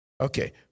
Okay